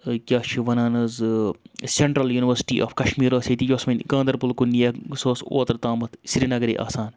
کیٛاہ چھِ وَنان حظ سٮ۪نٹرل یُنورسِٹی آف کَشمیٖر ٲس ییٚتہِ یۄس وۄنۍ گاندَربَل کُن سُہ اوس اوترٕ تامَتھ سرینگرٕے آسان